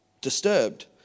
disturbed